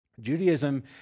Judaism